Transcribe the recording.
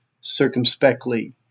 circumspectly